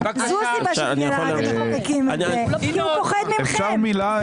חוק שנתניהו פוחד ממך